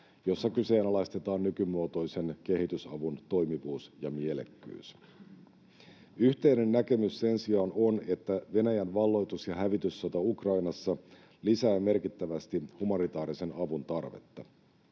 jossa kyseenalaistetaan nykymuotoisen kehitysavun toimivuus ja mielekkyys. Yhteinen näkemys sen sijaan on, että Venäjän valloitus- ja hävityssota Ukrainassa lisää merkittävästi humanitaarisen avun tarvetta.